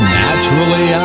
naturally